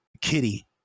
Kitty